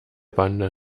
bande